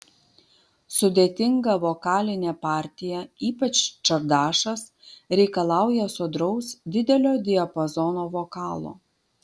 sudėtinga vokalinė partija ypač čardašas reikalauja sodraus didelio diapazono vokalo